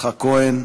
יצחק כהן.